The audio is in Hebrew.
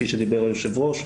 כפי שדיבר היושב ראש,